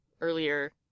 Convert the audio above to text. earlier